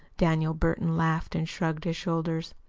daniel burton laughed and shrugged his shoulders.